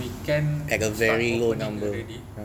we can start opening already